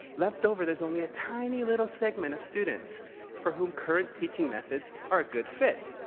left over, there's only a tiny little segment of students for whom current teaching methods are a good fit.